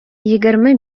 егерме